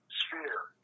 sphere